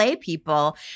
people